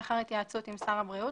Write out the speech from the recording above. לאחר התייעצות עם שר הבריאות,